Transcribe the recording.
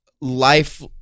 life